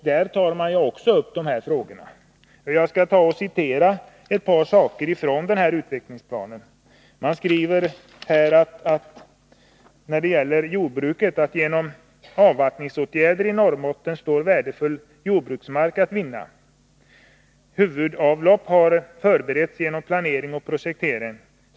Där tog de också upp dessa frågor. De skrev i den: ”Genom avvattningsåtgärder i Norrbotten står värdefull jordbruksmark att vinna. Huvudavlopp har förberetts genom planering och projektering.